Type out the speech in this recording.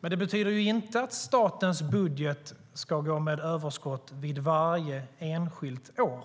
Det betyder dock inte att statens budget ska gå med överskott varje enskilt år.